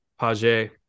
Page